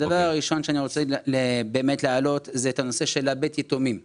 הדבר הראשון שאני רוצה באמת להעלות זה את הנושא של בית היתומים שבאודסה.